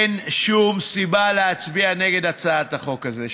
אין שום סיבה להצביע נגד הצעת החוק הזאת,